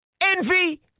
Envy